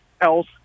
else